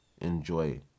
enjoy